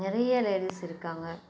நிறைய லேடிஸ் இருக்காங்க